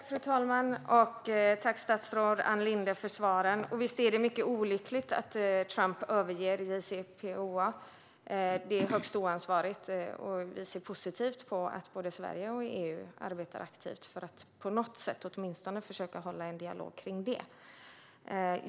Fru talman! Tack, statsrådet Ann Linde, för svaren! Visst är det olyckligt att Trump överger JCPOA. Det är högst oansvarigt, och vi ser positivt på att både Sverige och EU arbetar aktivt för att åtminstone försöka upprätthålla en dialog om det.